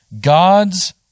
God's